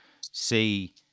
see